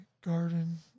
garden